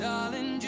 Darling